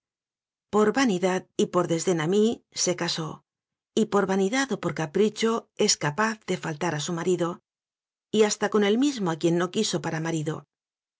por vanidad y por desdén a mí se casó y por vanidad o por capricho es capaz de faltar a su marido y hasta con el mismo a quien no quiso para marido